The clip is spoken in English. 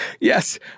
yes